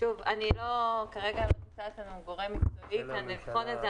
אין כרגע גורם מקצועי לבחון את זה,